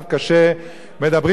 מדברים על מערכות חינוך שקורסות.